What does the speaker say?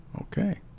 okay